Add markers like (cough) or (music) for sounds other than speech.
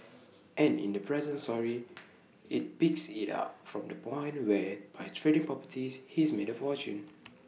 and in the present story (noise) IT picks IT up from the point where by trading properties he's made A fortune